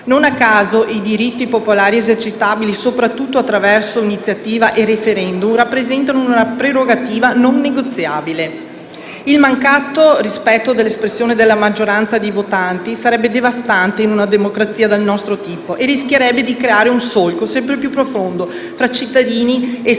Non a caso i diritti popolari esercitabili soprattutto attraverso iniziativa legislativa e *referendum* rappresentano una prerogativa non negoziabile. Il mancato rispetto dell'espressione della maggioranza dei votanti sarebbe devastante in una democrazia del nostro tipo e rischierebbe di creare un solco sempre più profondo fra cittadini e Stato